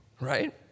right